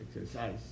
exercise